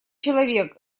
человек